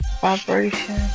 vibration